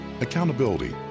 accountability